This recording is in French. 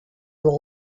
voit